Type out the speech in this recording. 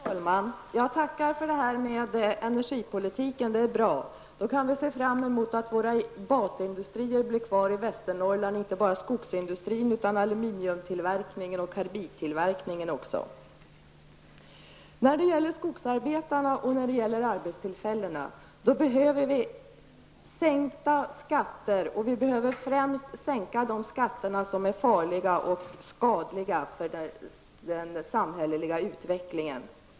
Herr talman! Jag tackar för svaret beträffande energipolitiken. Det är bra. Då kan vi se fram emot att våra basindustrier blir kvar i Västernorrland, inte bara skogsindustrin utan även aluminiumtillverkningen och karbidtillverkningen. När det gäller skogsarbetarna och arbetstillfällena behöver vi sänkta skatter. Vi måste främst sänka de skatter som är farliga och skadliga för samhällsutvecklingen.